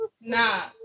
Nah